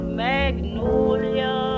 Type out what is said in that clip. magnolia